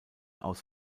aus